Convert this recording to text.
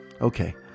okay